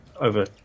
over